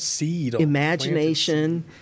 imagination